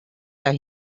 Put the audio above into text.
las